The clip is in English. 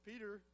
Peter